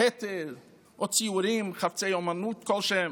כתר או ציורים, חפצי אומנות כלשהם.